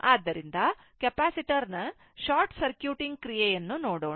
ಆದ್ದರಿಂದ ಕೆಪಾಸಿಟರ್ ನ short circuiting ಕ್ರಿಯೆಯನ್ನು ನೋಡೋಣ